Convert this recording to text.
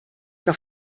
que